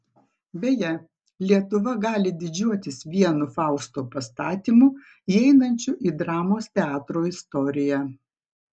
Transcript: beje lietuva gali didžiuotis vienu fausto pastatymu įeinančiu į dramos teatro istoriją